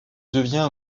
devient